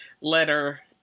letter